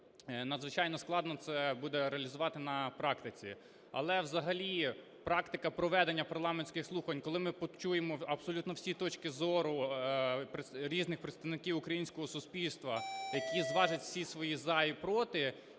надзвичайно складно це буде реалізувати на практиці. Але взагалі практика проведення парламентських слухань, коли ми почуємо абсолютно всі точки зору різних представників українського суспільства, які зважать всі свої за і проти,